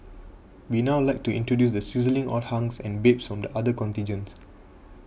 we now like to introduce the sizzling hot hunks and babes from the other contingents